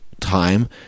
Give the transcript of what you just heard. time